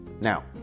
Now